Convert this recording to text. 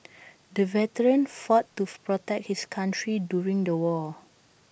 the veteran fought to protect his country during the war